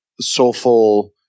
soulful